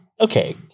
Okay